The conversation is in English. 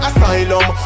Asylum